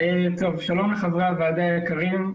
שלום לחברי הוועדה היקרים,